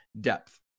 depth